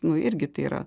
nu irgi tai yra